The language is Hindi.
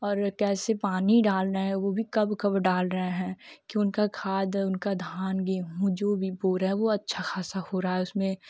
और कैसे पानी डालना है वह भी कब कब डाल रहा है कि उनका खाद्य उनका धान गेहूँ जो भी बो रहा वह अच्छा खासा हो रहा उसमें